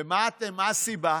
ומה הסיבה?